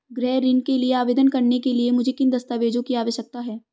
गृह ऋण के लिए आवेदन करने के लिए मुझे किन दस्तावेज़ों की आवश्यकता है?